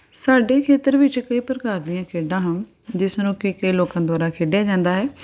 ਸਾਡੇ ਖੇਤਰ ਵਿੱਚ ਕਈ ਪ੍ਰਕਾਰ ਦੀਆਂ ਖੇਡਾਂ ਹਨ ਜਿਸ ਨੂੰ ਕਿ ਕਈ ਲੋਕਾਂ ਦੁਆਰਾ ਖੇਡਿਆ ਜਾਂਦਾ ਹੈ